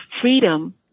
freedom